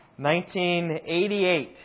1988